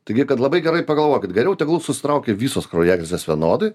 taigi kad labai gerai pagalvokit geriau tegul susitraukia visos kraujagyslės vienodai